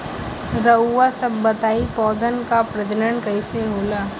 रउआ सभ बताई पौधन क प्रजनन कईसे होला?